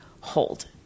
hold